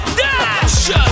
dash